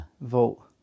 vote